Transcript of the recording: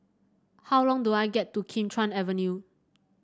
how do I get to Kim Chuan Avenue